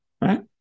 right